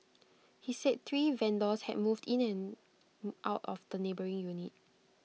he said three vendors had moved in and out of the neighbouring unit